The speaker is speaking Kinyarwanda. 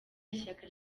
ishyaka